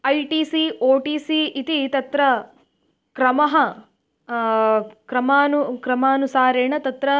I टि सि ओ टि सि इति तत्र क्रमः क्रमान् क्रमानुसारेण तत्र